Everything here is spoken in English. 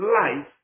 life